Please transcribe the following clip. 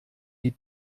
die